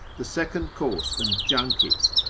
the second course and junkets,